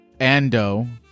Ando